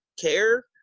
care